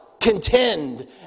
contend